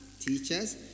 teachers